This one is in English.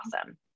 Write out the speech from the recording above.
awesome